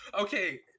Okay